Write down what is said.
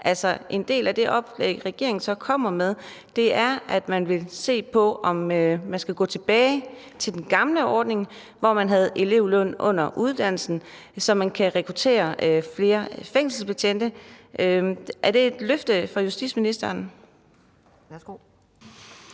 være en del af oplægget fra regeringen, altså at man vil se på, om man skal gå tilbage til den gamle ordning, hvor man havde elevløn under uddannelsen, så man kan rekruttere flere fængselsbetjente? Er det et løfte fra justitsministerens